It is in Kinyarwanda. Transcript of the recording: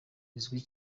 izwi